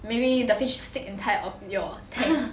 maybe the fish sick and tired of your tank